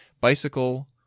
bicycle